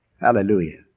hallelujah